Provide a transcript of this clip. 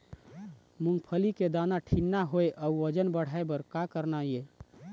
मूंगफली के दाना ठीन्ना होय अउ वजन बढ़ाय बर का करना ये?